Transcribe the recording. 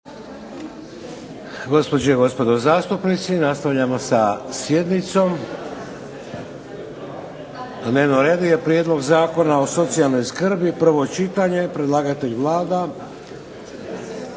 Gospođe i gospodo zastupnici nastavljamo sa sjednicom. Na dnevnom redu je 5. Prijedlog zakona o socijalnoj skrbi, prvo čitanje, P.Z. br. 746. Predlagatelj Vlada.